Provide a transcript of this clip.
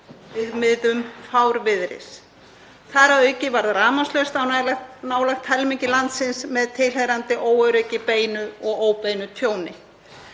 viðmiðum fárviðris. Þar að auki varð rafmagnslaust á nálægt helmingi landsins með tilheyrandi óöryggi, beinu og óbeinu tjóni.